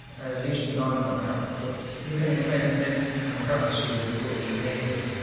at least non concurrent but you can't implement concurrency with a goto anyway.